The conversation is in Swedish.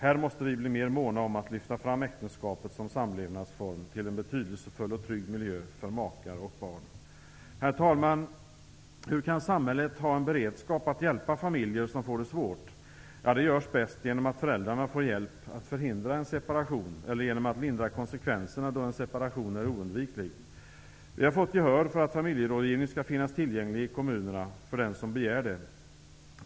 Här måste vi bli mer måna om att lyfta fram äktenskapet som samlevnadsform till en betydelsefull och trygg miljö för makar och barn. Herr talman! Hur kan samhället ha en beredskap att hjälpa familjer som får det svårt? Det görs bäst genom att föräldrarna får hjälp att förhindra en separation eller genom att lindra konsekvenserna då en separation är oundviklig. Vi har fått gehör för att familjerådgivning skall finnas tillgänglig i kommunerna för den som begär det.